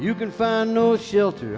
you can find no shelter